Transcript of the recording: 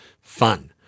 fun